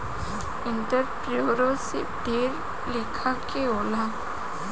entrepreneurship ढेर लेखा के होला